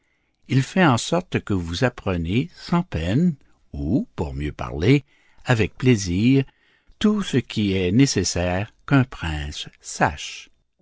il fait en sorte que vous apprenez sans peine ou pour mieux parler avec plaisir tout ce qu'il est nécessaire qu'un prince sache